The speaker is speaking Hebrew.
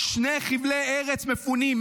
שני חבלי ארץ מפונים.